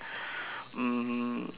um